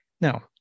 Now